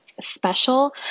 special